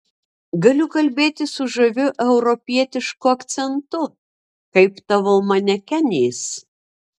galiu kalbėti su žaviu europietišku akcentu kaip tavo manekenės